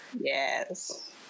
Yes